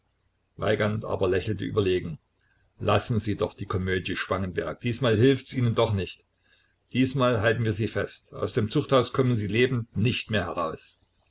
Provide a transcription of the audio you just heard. weigand aber lächelte überlegen lassen sie doch die komödie spangenberg diesmal hilft's ihnen doch nicht diesmal halten wir sie fest aus dem zuchthaus kommen sie lebend nicht mehr heraus